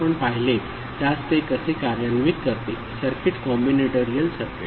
आपण पाहिले त्यास ते कसे कार्यान्वित करते सर्किट कॉम्बिनेटरियलसर्किट